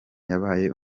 yabaye